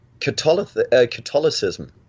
Catholicism